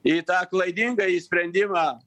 į tą klaidingąjį sprendimą